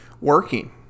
working